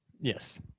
Yes